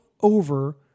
over